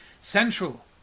central